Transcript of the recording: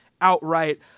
outright